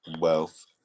wealth